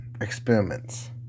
experiments